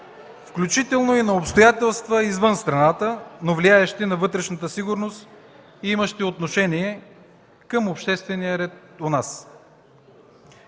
включително и на обстоятелства извън страната, но влияещи на вътрешната сигурност и имащи отношение към обществения ред у нас.